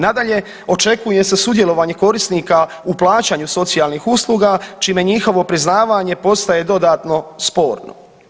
Nadalje, očekuje se sudjelovanje korisnika u plaćanju socijalnih usluga čime njihovo priznavanje postaje dodatno sporno.